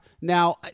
Now